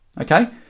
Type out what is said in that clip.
Okay